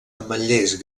ametllers